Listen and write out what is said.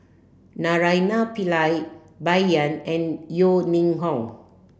Naraina Pillai Bai Yan and Yeo Ning Hong